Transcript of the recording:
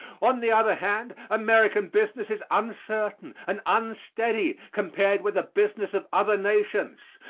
on the other hand, american business is uncertain and unsteady compared with the business of other nations.